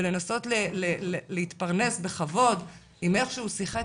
ולנסות להתפרנס בכבוד אם איכשהו שיחק